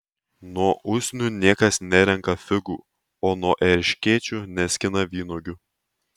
nuo usnių niekas nerenka figų o nuo erškėčių neskina vynuogių